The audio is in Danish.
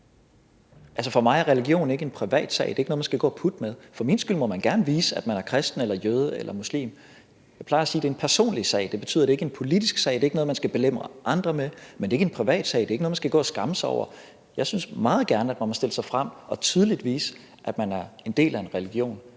for mig er religion ikke en privatsag. Det er ikke noget, man skal gå og putte med. For min skyld må man gerne vise, at man er kristen eller jøde eller muslim. Jeg plejer at sige, at det er en personlig sag; det betyder, at det ikke er en politisk sag. Det er ikke noget, man skal belemre andre med. Men det er ikke en privatsag; det er ikke noget, man skal gå og skamme sig over. Jeg synes meget gerne, at man må stille sig frem og tydeligt vise, at man er en del af en religion.